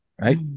right